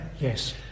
Yes